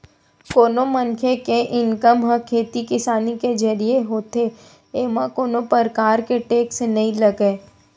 कोनो मनखे के इनकम ह खेती किसानी के जरिए होथे एमा कोनो परकार के टेक्स नइ लगय